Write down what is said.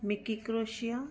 Mickey ਕਰੋਸ਼ੀਆ